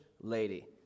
lady